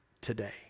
today